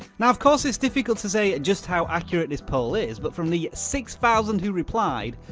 now, of course it's difficult to say just how accurate this poll is, but from the six thousand who replied,